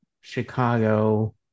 Chicago